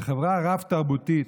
בחברה רב-תרבותית,